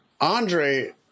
Andre